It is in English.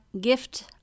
Gift